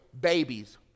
babies